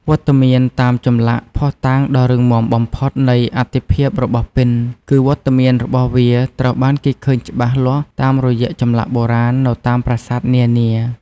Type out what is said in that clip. វត្តមានតាមចម្លាក់ ភស្តុតាងដ៏រឹងមាំបំផុតនៃអត្ថិភាពរបស់ពិណ គឺវត្តមានរបស់វាត្រូវបានគេឃើញច្បាស់លាស់តាមរយៈចម្លាក់បុរាណនៅតាមប្រាសាទនានា។